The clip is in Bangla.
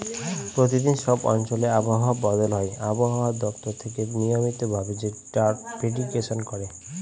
প্রতিদিন সব অঞ্চলে আবহাওয়া বদল হয় আবহাওয়া দপ্তর থেকে নিয়মিত ভাবে যেটার প্রেডিকশন করে